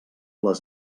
les